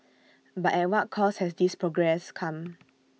but at what cost has this progress come